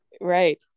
right